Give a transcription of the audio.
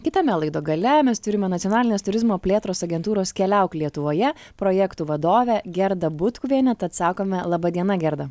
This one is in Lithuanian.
kitame laido gale mes turime nacionalinės turizmo plėtros agentūros keliauk lietuvoje projektų vadovę gerdą butkuvienę tad sakome laba diena gerda